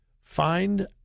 find